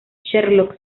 sherlock